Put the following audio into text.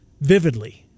Vividly